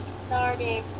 started